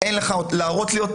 אין לך להראות לי,